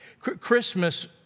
Christmas